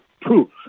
proof